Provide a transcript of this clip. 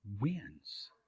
wins